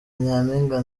nyampinga